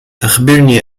أخبرني